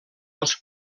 als